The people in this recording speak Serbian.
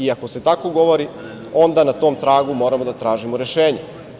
I ako se tako govori, onda na tom tragu moramo da tražimo rešenje.